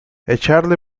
echadle